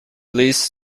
please